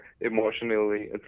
emotionally